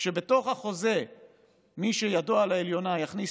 כשבתוך החוזה מי שידו על העליונה יכניס